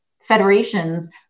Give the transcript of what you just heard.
federations